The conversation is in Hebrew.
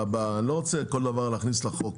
אני לא רוצה כל דבר להכניס לחוק,